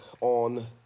on